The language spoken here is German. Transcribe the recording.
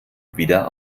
wieder